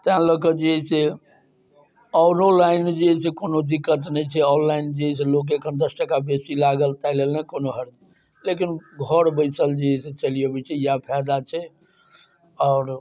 ताहि लऽ कऽ जे हइ से ऑनोलाइन जे हइ से दिकत नहि छै से ऑनलाइन जे हइ से लोकके एखन दस टका बेसी लागल ताहि लेल नहि कोनो हर्ज लेकिन घर बैसल जे हइ से चलि अबै छै इएह फाइदा छै आओर